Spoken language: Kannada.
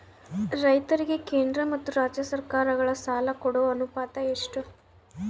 ರೈತರಿಗೆ ಕೇಂದ್ರ ಮತ್ತು ರಾಜ್ಯ ಸರಕಾರಗಳ ಸಾಲ ಕೊಡೋ ಅನುಪಾತ ಎಷ್ಟು?